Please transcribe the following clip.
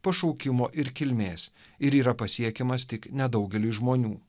pašaukimo ir kilmės ir yra pasiekiamas tik nedaugeliui žmonių